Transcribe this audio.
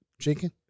chicken